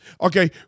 Okay